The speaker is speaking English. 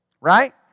Right